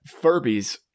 Furbies